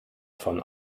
von